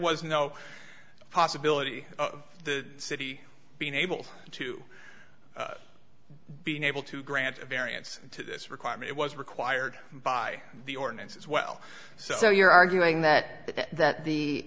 was no possibility of the city being able to be unable to grant a variance to this requirement was required by the ordinance as well so you're arguing that that the